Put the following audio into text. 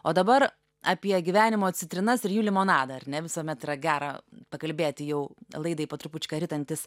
o dabar apie gyvenimo citrinas ir jų limonadą ar ne visuomet yra gera pakalbėti jau laidai po trupučiuką ritantis